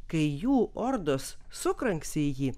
kai jų ordos sukranksi į jį